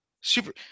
Super